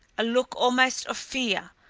a look almost of fear,